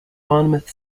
monmouth